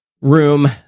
room